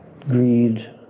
greed